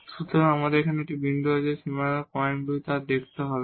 সুতরাং আমাদের একটি বিন্দু আছে এবং বাউন্ডারি পয়েন্টগুলি আমাদের দেখতে হবে না